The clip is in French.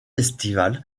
estival